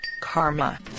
karma